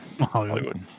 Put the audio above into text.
hollywood